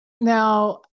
Now